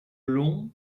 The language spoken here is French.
long